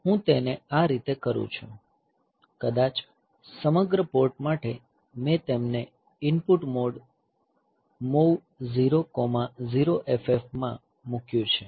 હું તેને આ રીતે કરું છું કદાચ સમગ્ર પોર્ટ માટે મેં તેને ઇનપુટ મોડ MOV 00FF Hમાં મૂક્યું છે